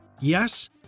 Yes